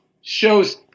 shows